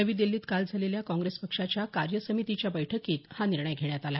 नवी दिल्लीत काल झालेल्या काँग्रेस पक्षाच्या कार्यसमितीच्या बैठकीत हा निर्णय घेण्यात आला